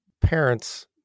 parents